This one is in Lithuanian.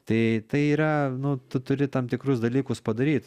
tai tai yra nu tu turi tam tikrus dalykus padaryt